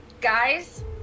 guys